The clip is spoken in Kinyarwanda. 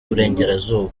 burengerazuba